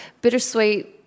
bittersweet